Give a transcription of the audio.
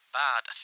bad